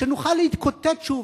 שנוכל להתקוטט שוב,